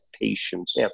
patients